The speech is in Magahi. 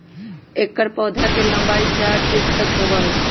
एकर पौधवा के लंबाई चार फीट तक होबा हई